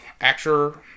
actor